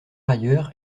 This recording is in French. ailleurs